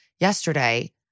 Yesterday